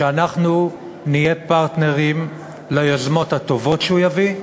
שאנחנו נהיה פרטנרים ליוזמות הטובות שהוא יביא,